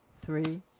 Three